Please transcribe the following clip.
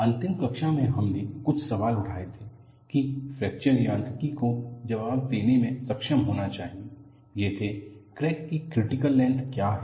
अंतिम कक्षा में हमने कुछ सवाल उठाए थे कि फ्रैक्चर यांत्रिकी को जवाब देने में सक्षम होना चाहिए ये थे क्रैक की क्रिटिकल लेंथ क्या है